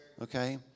okay